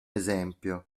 esempio